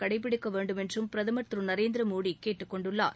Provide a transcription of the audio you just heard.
கடைப்பிடிக்க வேண்டும் என்றும் பிரதமர் திரு நரேந்திர மோடி கேட்டுக்கொண்டுள்ளார்